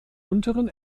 unteren